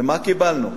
ומה קיבלנו?